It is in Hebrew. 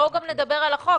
בואו גם נדבר על החוק.